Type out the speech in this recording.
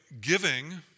Giving